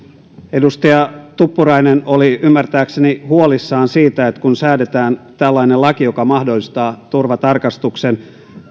edustaja tuppurainen oli ymmärtääkseni huolissaan siitä että kun säädetään tällainen laki joka mahdollistaa turvatarkastuksen